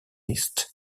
list